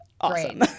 awesome